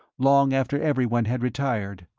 long after everyone had retired.